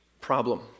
problem